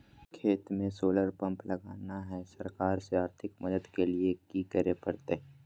खेत में solar pump लगाना है, सरकार से आर्थिक मदद के लिए की करे परतय?